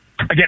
again